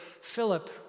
Philip